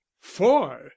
four